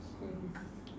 hmm